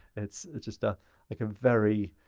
it's it's just a like very